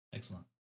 Excellent